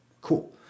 cool